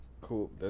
cool